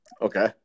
okay